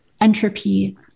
entropy